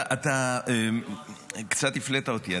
אתה קצת הפלאת אותי.